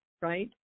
Right